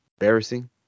embarrassing